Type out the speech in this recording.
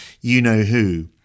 you-know-who